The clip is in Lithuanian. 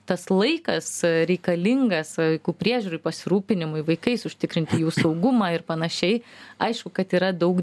tas laikas reikalingas vaikų priežiūrai pasirūpinimui vaikais užtikrinti jų saugumą ir panašiai aišku kad yra daug